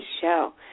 Show